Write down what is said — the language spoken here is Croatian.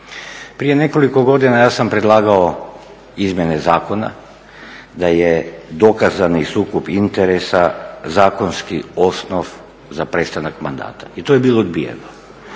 Prije nekoliko godina ja sam predlagao izmjene zakona, da je dokazani sukob interesa zakonski osnov za prestanak mandata. I to je bilo odbijeno.